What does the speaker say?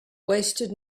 wasted